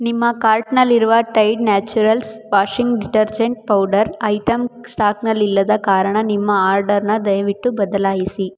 ನಿಮ್ಮ ಕಾರ್ಟ್ನಲ್ಲಿರುವ Tide Naturals washing detergent powder item ಸ್ಟಾಕ್ನಲ್ಲಿಲ್ಲದ ಕಾರಣ ನಿಮ್ಮ ಆರ್ಡರ್ನ ದಯವಿಟ್ಟು ಬದಲಾಯಿಸಿ